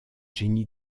jenny